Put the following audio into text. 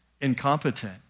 incompetent